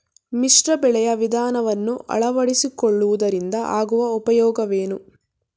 ಮಿಶ್ರ ಬೆಳೆಯ ವಿಧಾನವನ್ನು ಆಳವಡಿಸಿಕೊಳ್ಳುವುದರಿಂದ ಆಗುವ ಉಪಯೋಗವೇನು?